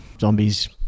Zombies